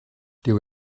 dyw